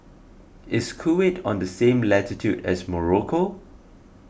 is Kuwait on the same latitude as Morocco